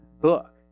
book